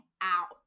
out